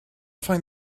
find